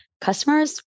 customers